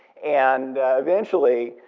and eventually,